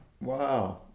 Wow